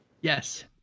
Yes